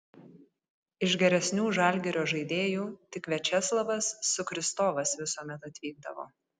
iš geresnių žalgirio žaidėjų tik viačeslavas sukristovas visuomet atvykdavo